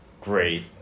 great